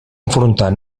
enfrontar